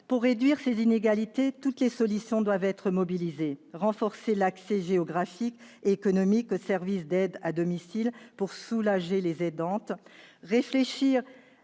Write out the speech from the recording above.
Pour réduire ces inégalités, toutes les solutions doivent être mobilisées : renforcement de l'accès géographique et économique aux services d'aides à domicile pour soulager les aidantes